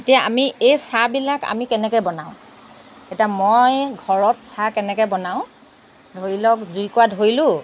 এতিয়া আমি এই চাহবিলাক আমি কেনেকৈ বনাওঁ এতিয়া মই ঘৰত চাহ কেনেকৈ বনাওঁ ধৰি লওক জুইকুৰা ধৰিলোঁ